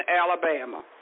Alabama